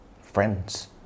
Friends